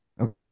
Okay